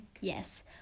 Yes